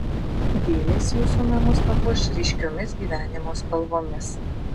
gėlės jūsų namus papuoš ryškiomis gyvenimo spalvomis